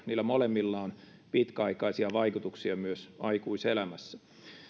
niillä molemmilla on pitkäaikaisia vaikutuksia myös aikuiselämässä